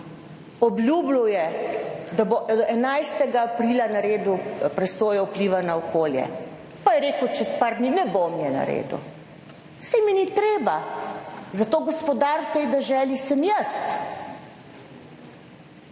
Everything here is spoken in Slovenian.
Obljubljal je, da bo do 11. aprila naredil presojo vpliva na okolje, pa je rekel, čez par dni: »Ne bom je naredil, saj mi ni treba. Zato gospodar v tej deželi sem jaz«.